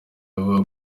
avuga